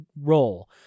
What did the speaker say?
role